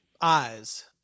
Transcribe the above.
eyes